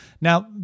Now